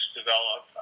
develop